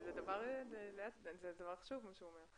זה חשוב מה שהוא אומר.